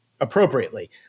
appropriately